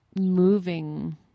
moving